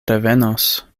revenos